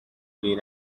been